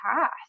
path